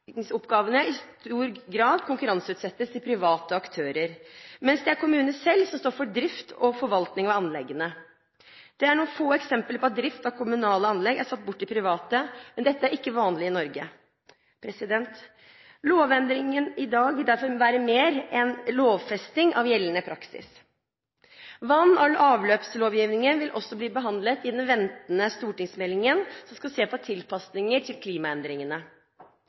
i stor grad konkurranseutsettes til private aktører, mens det er kommunene selv som står for drift og forvaltning av anleggene. Det er noen få eksempler på at drift av kommunale anlegg er satt bort til private, men dette er ikke vanlig i Norge. Lovendringen i dag vil derfor mer være en lovfesting av gjeldende praksis. Vann- og avløpslovgivningen vil også bli behandlet i den ventede stortingsmeldingen som skal se på tilpasninger til klimaendringene.